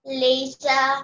laser